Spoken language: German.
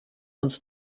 uns